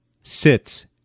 sits